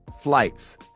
Flights